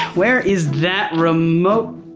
where is that remote?